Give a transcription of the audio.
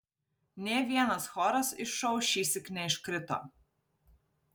nė vienas choras iš šou šįsyk neiškrito